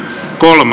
asia